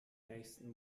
nächsten